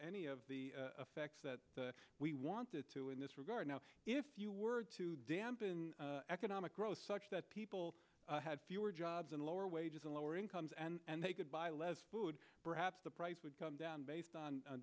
any of the effect that we wanted to in this regard now if you were to dampen economic growth such that people have fewer jobs and lower wages and lower incomes and they could buy less food perhaps the price would come down based on